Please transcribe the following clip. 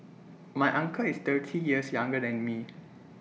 my uncle is thirty years younger than me